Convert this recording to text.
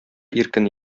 иркен